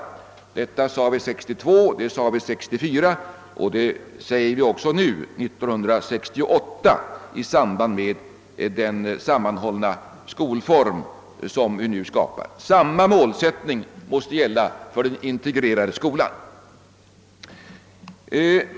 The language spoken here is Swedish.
Detta sade vi 1962, vi sade det 1964 och vi säger det också nu 1968 i samband med den sammanhållna skolform som vi nu skapar. Samma målsättning måste gälla för den integrerade skolan.